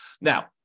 Now